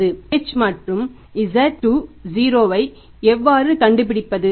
h மற்றும் z 0 ஐ எவ்வாறு கண்டுபிடிப்பது